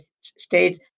States